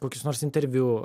kokius nors interviu